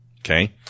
Okay